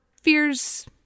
Fears